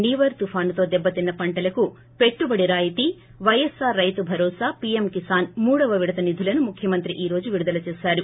నివర్ తుపానుతో దెబ్బతిన్న పంటలకు పెట్లుబడి రాయితీ పైఎస్ఆర్ రైతు భరోసా పీఎం కిసాన్ మూడో విడత నిధులను ముఖ్యమంత్రి ఈ రోజు విడుదల చేశారు